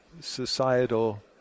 societal